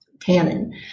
tannin